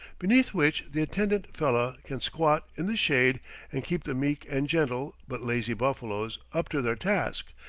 beneath which the attendant fellah can squat in the shade and keep the meek and gentle, but lazy buffaloes up to their task,